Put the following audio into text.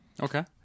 Okay